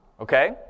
okay